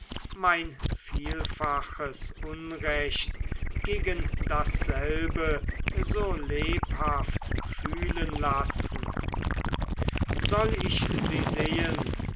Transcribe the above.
mein vielfaches unrecht gegen dasselbe so lebhaft fühlen lassen soll ich sie sehen